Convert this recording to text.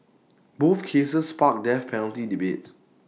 both cases sparked death penalty debates